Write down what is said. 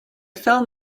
film